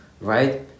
right